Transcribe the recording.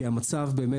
כי המצב באמת לא פשוט.